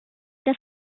das